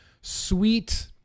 Sweet